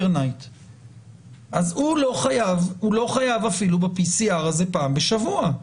הוא לא חייב אפילו ב-PCR פעם בשבוע.